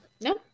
No